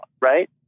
right